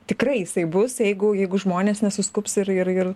tikrai jisai bus jeigu jeigu žmonės nesuskubs ir ir ir